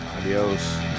Adios